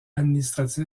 administratif